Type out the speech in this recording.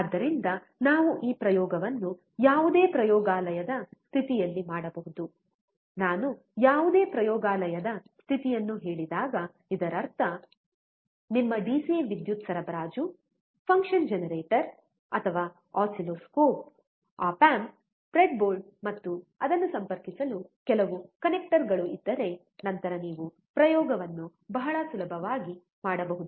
ಆದ್ದರಿಂದ ನಾವು ಈ ಪ್ರಯೋಗವನ್ನು ಯಾವುದೇ ಪ್ರಯೋಗಾಲಯದ ಸ್ಥಿತಿಯಲ್ಲಿ ಮಾಡಬಹುದು ನಾನು ಯಾವುದೇ ಪ್ರಯೋಗಾಲಯದ ಸ್ಥಿತಿಯನ್ನು ಹೇಳಿದಾಗ ಇದರರ್ಥ ನಿಮ್ಮ ಡಿಸಿ ವಿದ್ಯುತ್ ಸರಬರಾಜು ಫಂಕ್ಷನ್ ಜನರೇಟರ್ ಅಥವಾ ಆಸಿಲ್ಲೋಸ್ಕೋಪ್ ಆಪ್ ಆಂಪ್ ಬ್ರೆಡ್ಬೋರ್ಡ್ ಮತ್ತು ಅದನ್ನು ಸಂಪರ್ಕಿಸಲು ಕೆಲವು ಕನೆಕ್ಟರ್ಗಳು ಇದ್ದರೆ ನಂತರ ನೀವು ಪ್ರಯೋಗವನ್ನು ಬಹಳ ಸುಲಭವಾಗಿ ಮಾಡಬಹುದು